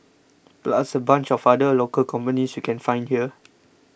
plus a bunch of other local companies you can find here